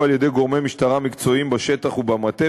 על-ידי גורמי משטרה מקצועיים בשטח ובמטה,